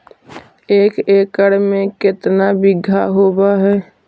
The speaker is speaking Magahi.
एक एकड़ में केतना बिघा होब हइ?